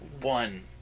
one